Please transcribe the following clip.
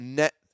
net